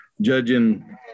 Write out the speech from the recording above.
judging